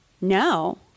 No